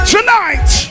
Tonight